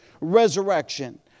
resurrection